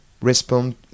respond